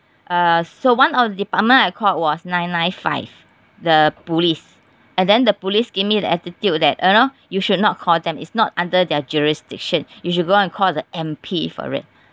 uh so one of the department I called was nine nine five the police and then the police give me the attitude that you know you should not call them it's not under their jurisdiction you should go and call the M_P for it